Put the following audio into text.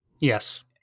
Yes